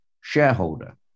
shareholder